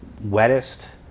wettest